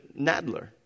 Nadler